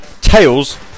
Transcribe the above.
Tails